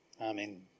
Amen